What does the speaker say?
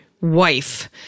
wife